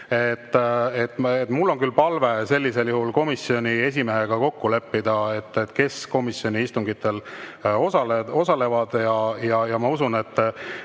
Mul on küll palve sellisel juhul komisjoni esimehega kokku leppida, kes komisjoni istungitel osalevad, ja ma usun, et